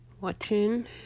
watching